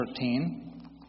13